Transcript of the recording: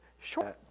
sure